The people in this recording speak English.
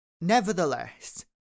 Nevertheless